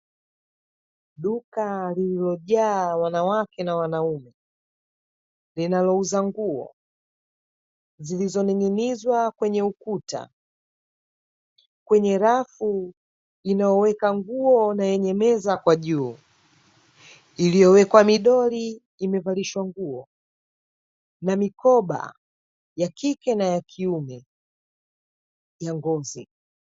Duka lililojaa wanawake na wanaume, linalouza nguo zilizoninginizwa kwenye ukuta kwenye rafu inayoweka nguo na yenye meza kwa juu, iliyowekwa midoli imevalishwa nguo na mikoba ya kike na ya kiume ya ngozi.